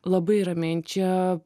labai ramiai čia